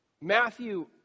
Matthew